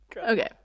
Okay